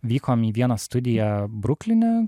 vykom į vieną studiją brukline